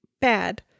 bad